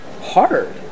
hard